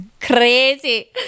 crazy